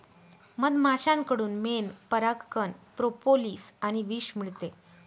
मधमाश्यांकडून मेण, परागकण, प्रोपोलिस आणि विष मिळते